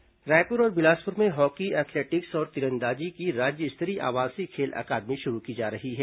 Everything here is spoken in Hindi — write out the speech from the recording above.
खेल अकादमी रायपुर और बिलासपुर में हॉकी एथलेटिक्स और तीरंदाजी की राज्य स्तरीय आवासीय खेल अकादमी शुरू की जा रही है